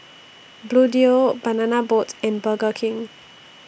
Bluedio Banana Boat and Burger King